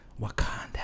Wakanda